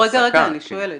לא, אני שואלת.